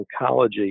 oncology